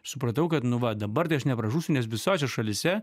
supratau kad nu va dabar tai aš nepražūsiu nes visose šalyse